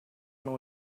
não